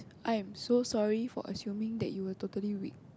I am so sorry for assuming that you were totally weak